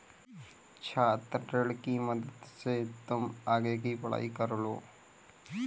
छात्र ऋण की मदद से तुम आगे की पढ़ाई कर लो